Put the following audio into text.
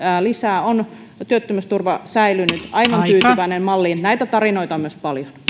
lisää on työttömyysturva säilynyt ja hän on aivan tyytyväinen malliin myös näitä tarinoita on paljon